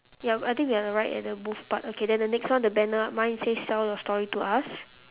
ya I think we are right at the booth part okay then the next one the banner mine says sell your story to us